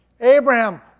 Abraham